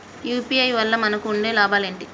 UPI వల్ల మనకు ఉండే లాభాలు ఏంటి?